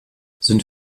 sind